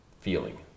feeling